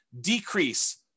decrease